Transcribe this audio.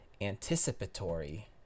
anticipatory